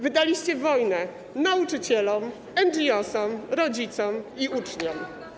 Wydaliście wojnę nauczycielom, NGOs, rodzicom i uczniom.